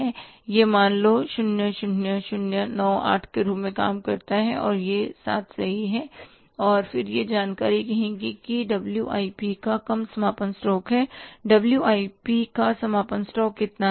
यह मान 0 0 0 9 8 के रूप में काम करता है और यह 7 सही है और फिर यह जानकारी कहें कि डब्ल्यू आई पी का कम समापन स्टॉक है WIP डब्ल्यू आई पी का समापन स्टॉक कितना है